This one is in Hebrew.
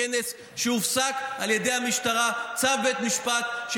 בכנס של ארגונים תומכי טרור שהופסק על ידי המשטרה בצו בית משפט.